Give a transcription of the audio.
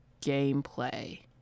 gameplay